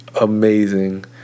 amazing